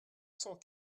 cent